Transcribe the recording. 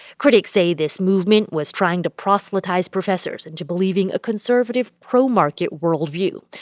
critics say this movement was trying to proselytize professors into believing a conservative, pro-market world view.